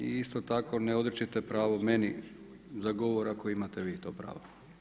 I isto tako ne odričite pravo meni za govora ako imate vi to pravo.